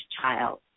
child